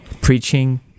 preaching